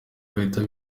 bahita